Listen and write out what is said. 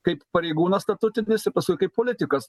kaip pareigūnas statutinis ir paskui kaip politikas